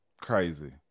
Crazy